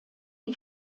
die